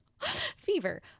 fever